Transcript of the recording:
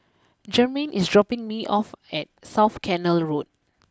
Jermain is dropping me off at South Canal Road